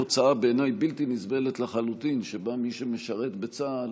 בתוצאה בלתי נסבלת לחלוטין שבה מי שמשרת בצה"ל